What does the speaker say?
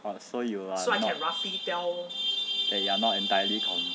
so you like not that you are not entirely con~